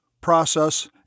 process